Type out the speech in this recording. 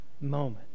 moment